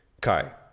Kai